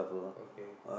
okay